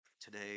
today